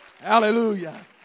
Hallelujah